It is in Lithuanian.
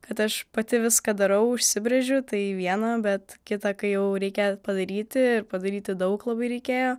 kad aš pati viską darau užsibrėžiu tai viena bet kita kai jau reikia padaryti ir padaryti daug labai reikėjo